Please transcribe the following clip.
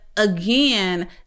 Again